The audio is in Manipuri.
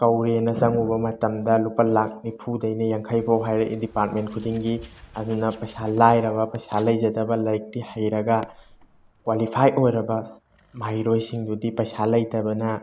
ꯀꯧꯋꯦꯅ ꯆꯡꯉꯨꯕ ꯃꯇꯝꯗ ꯂꯨꯄꯥ ꯂꯥꯛ ꯅꯤꯐꯨꯗꯩꯅ ꯌꯥꯡꯈꯩ ꯐꯥꯎ ꯍꯥꯏꯔꯛꯏ ꯗꯤꯄꯥꯔꯠꯃꯦꯟ ꯈꯨꯗꯤꯡꯒꯤ ꯑꯗꯨꯅ ꯄꯩꯁꯥ ꯂꯥꯏꯔꯕ ꯄꯩꯁꯥ ꯂꯩꯖꯗꯕ ꯂꯥꯏꯔꯤꯛꯇꯤ ꯍꯩꯔꯒ ꯀ꯭ꯋꯥꯂꯤꯐꯥꯏ ꯑꯣꯏꯔꯕ ꯃꯍꯩꯔꯣꯏꯁꯤꯡꯗꯨꯗꯤ ꯄꯩꯁꯥ ꯂꯩꯇꯕꯅ